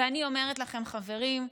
ואני אומרת לכם, חברים,